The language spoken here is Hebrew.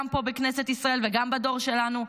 גם פה בכנסת ישראל וגם בדור שלנו.